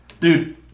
Dude